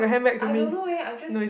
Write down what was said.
I don't know eh I'm just